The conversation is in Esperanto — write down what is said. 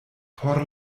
por